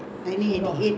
eight years lah